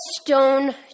stone